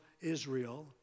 Israel